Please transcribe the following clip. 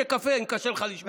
קשה לך לשמוע?